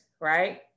Right